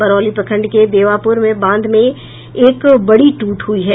बरौली प्रखंड के देवापुर में बांध में एक बड़ी टूट हुई है